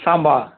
Samba